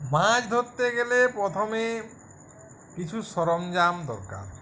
মাছ ধরতে গেলে প্রথমে কিছু সরঞ্জাম দরকার